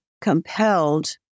compelled